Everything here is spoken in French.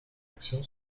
action